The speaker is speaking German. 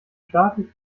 staatlich